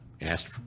asked